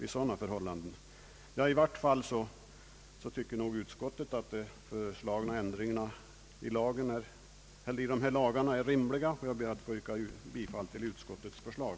Utskottet anser att de föreslagna lagändringarna är rimliga, och jag ber att få yrka bifall till utskottets förslag.